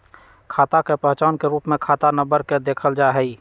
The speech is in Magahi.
खाता के पहचान के रूप में खाता नम्बर के देखल जा हई